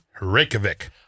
Reykjavik